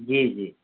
جی جی